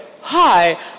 Hi